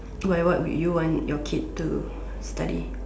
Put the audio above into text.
why what would you want your kid to study